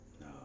No